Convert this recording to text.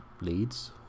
leads